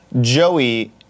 Joey